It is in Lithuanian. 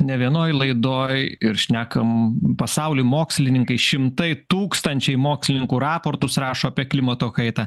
ne vienoj laidoj ir šnekam pasauly mokslininkai šimtai tūkstančiai mokslininkų raportus rašo apie klimato kaitą